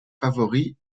favoris